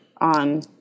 on